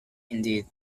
indeed